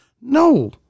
No